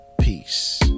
peace